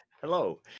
Hello